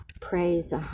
Praise